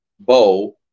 bow